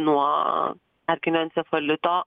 nuo erkinio encefalito